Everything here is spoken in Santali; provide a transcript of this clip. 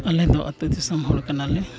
ᱟᱞᱮ ᱫᱚ ᱟᱹᱛᱩ ᱫᱤᱥᱚᱢ ᱦᱚᱲ ᱠᱟᱱᱟᱞᱮ